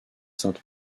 sainte